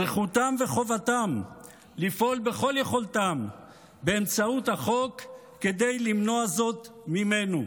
זכותם וחובתם לפעול בכל יכולתם באמצעות החוק כדי למנוע זאת ממנו,